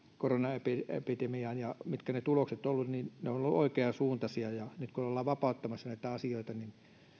koronaepidemiaan ja mitkä ne tulokset ovat olleet niin ne toimet ovat varmaankin olleet oikeansuuntaisia ja nyt kun ollaan vapauttamassa näitä asioita niin